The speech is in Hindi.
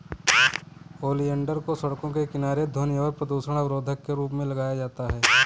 ओलियंडर को सड़कों के किनारे ध्वनि और प्रदूषण अवरोधक के रूप में लगाया जाता है